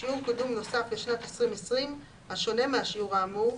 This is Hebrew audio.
שיעור קידום נוסף לשנת 2020 השונה מהשיעור האמור,